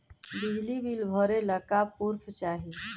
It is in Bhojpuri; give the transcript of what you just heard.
बिजली बिल भरे ला का पुर्फ चाही?